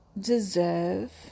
deserve